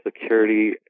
security